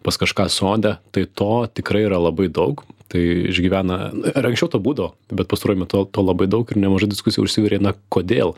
pas kažką sode tai to tikrai yra labai daug tai išgyvena ir anksčiau to būdavo bet pastaruoju metu to labai daug ir nemažai diskusijų užsivirė na kodėl